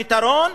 הפתרון,